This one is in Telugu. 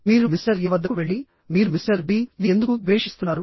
మీరు మిస్టర్ ఎ వద్దకు వెళ్లి మీరు మిస్టర్ బి ని ఎందుకు ద్వేషిస్తున్నారు